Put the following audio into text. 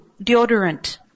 deodorant